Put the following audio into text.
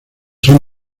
son